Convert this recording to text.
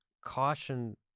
caution